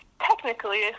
technically